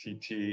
TT